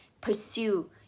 Pursue